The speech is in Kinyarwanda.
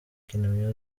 kina